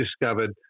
discovered